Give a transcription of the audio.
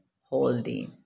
holding